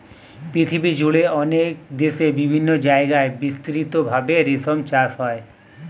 পৃথিবীজুড়ে অনেক দেশে বিভিন্ন জায়গায় বিস্তৃত ভাবে রেশম চাষ হয়